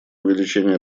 увеличение